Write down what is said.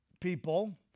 people